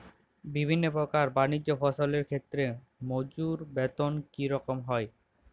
বিভিন্ন প্রকার বানিজ্য ফসলের ক্ষেত্রে মজুর বেতন কী রকম হয়?